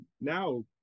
now